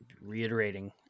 reiterating